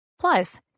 Plus